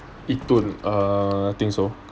yi dun err think so